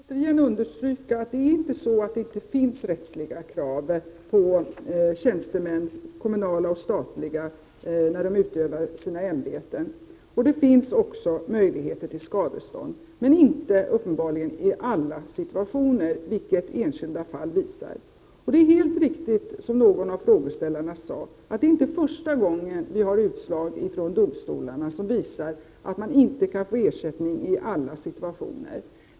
Herr talman! Jag vill understryka att det inte är så att det inte finns rättsliga krav på kommunala och statliga tjänstemän som utövar sitt ämbete. Det finns möjlighet till skadestånd, men uppenbarligen inte i alla situationer, vilket enskilda fall visar. Det är helt riktigt, som någon av frågeställarna sade, att det inte är första gången som ett domstolsutslag visar att det inte går att ge ersättning i alla situationer.